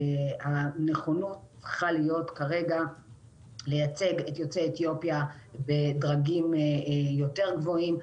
הנכונות צריכה להיות כרגע לייצג את יוצאי אתיופיה בדרגים יותר גבוהים.